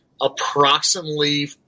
approximately